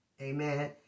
Amen